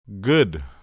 Good